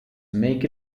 make